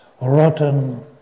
rotten